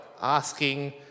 asking